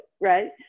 right